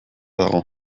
dago